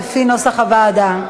לפי נוסח הוועדה.